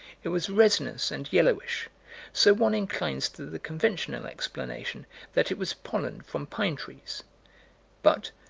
it was resinous and yellowish so one inclines to the conventional explanation that it was pollen from pine trees but,